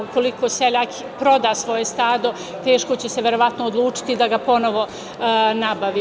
Ukoliko seljak proda svoje stado, teško će se verovatno odlučiti da ga ponovo nabavi.